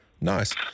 Nice